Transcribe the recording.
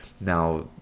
Now